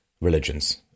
religions